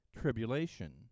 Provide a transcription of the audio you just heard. tribulation